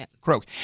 croak